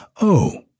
Oh